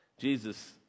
Jesus